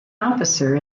officer